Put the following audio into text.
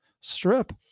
Strip